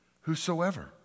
whosoever